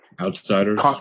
outsiders